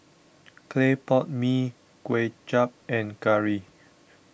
Clay Pot Mee Kway Chap and Curry